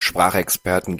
sprachexperten